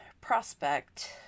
prospect